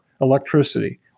electricity